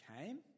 came